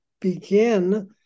begin